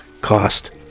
cost